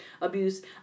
abuse